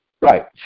right